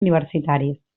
universitaris